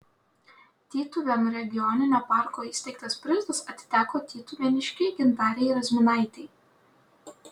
tytuvėnų regioninio parko įsteigtas prizas atiteko tytuvėniškei gintarei razminaitei